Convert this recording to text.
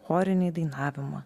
chorinį dainavimą